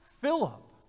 Philip